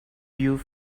view